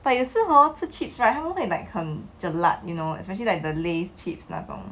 but 也是 hor 吃 chips right 他们会 like 很 jelak you know especially like the lay's chips 那种